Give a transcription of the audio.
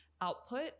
output